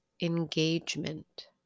engagement